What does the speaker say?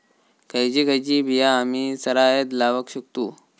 खयची खयची बिया आम्ही सरायत लावक शकतु?